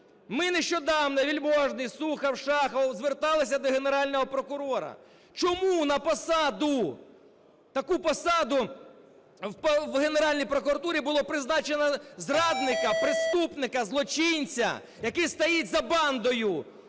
Ми нещодавно, Вельможний, Сухов, Шахов, зверталися до Генерального прокурора, чому на посаду, таку посаду в Генеральній прокуратурі було призначено зрадника, преступника, злочинця, який стоїть за бандою,